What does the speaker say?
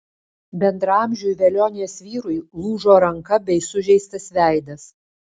bendraamžiui velionės vyrui lūžo ranka bei sužeistas veidas